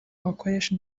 wakoresha